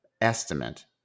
estimate